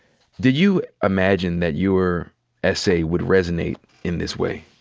did you imagine that your essay would resonate in this way?